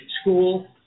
school